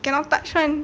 cannot touch [one]